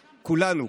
כולנו,